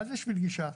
מה זה שביל גישה,